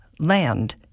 land